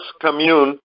Commune